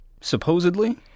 Supposedly